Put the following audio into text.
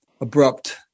abrupt